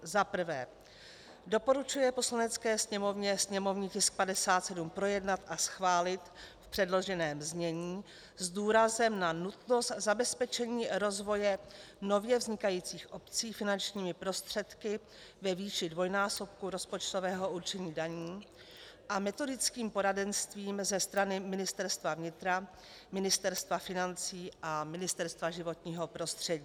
1. doporučuje Poslanecké sněmovně sněmovní tisk 57 projednat a schválit v předloženém znění s důrazem na nutnost zabezpečení rozvoje nově vznikajících obcí finančními prostředky ve výši dvojnásobku rozpočtového určení daní a metodickým poradenstvím ze strany Ministerstva vnitra, Ministerstva financí a Ministerstva životního prostředí;